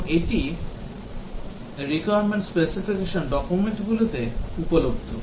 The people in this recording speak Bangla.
এবং এটি requirement specification document গুলিতে উপলব্ধ